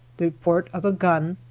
the report of a gun,